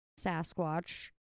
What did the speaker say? Sasquatch